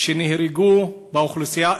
מהאוכלוסייה הערבית,